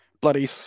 bloody